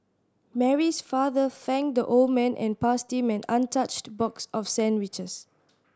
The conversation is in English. Mary's father thanked the old man and passed him an untouched box of sandwiches